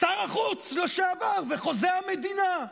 שר החוץ לשעבר וחוזה המדינה.